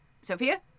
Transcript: sophia